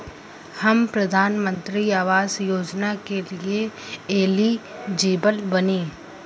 हम प्रधानमंत्री आवास योजना के लिए एलिजिबल बनी?